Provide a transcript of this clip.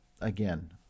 Again